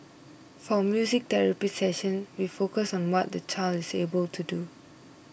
for music therapy session we focus on what the child is able to do